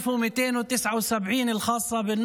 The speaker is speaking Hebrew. אלא ערכי הגזענות והפשיזם, ) מה אתה אומר, מה עוד?